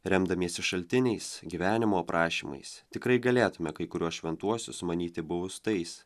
remdamiesi šaltiniais gyvenimo aprašymais tikrai galėtume kai kuriuos šventuosius manyti buvus tais